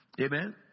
Amen